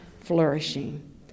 flourishing